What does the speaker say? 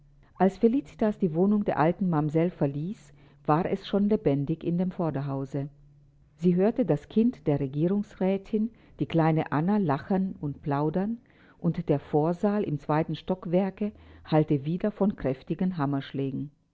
als felicitas die wohnung der alten mamsell verließ war es schon lebendig im vorderhause sie hörte das kind der regierungsrätin die kleine anna lachen und plaudern und der vorsaal im zweiten stockwerke hallte wider von kräftigen hammerschlägen